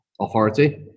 authority